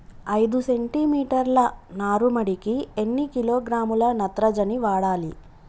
ఐదు సెంటిమీటర్ల నారుమడికి ఎన్ని కిలోగ్రాముల నత్రజని వాడాలి?